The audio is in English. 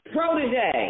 Protege